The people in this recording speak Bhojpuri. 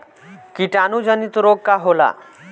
कीटाणु जनित रोग का होला?